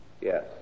Yes